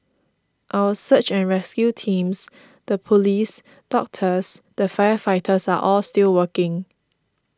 our search and rescue teams the police doctors the firefighters are all still working